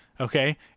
Okay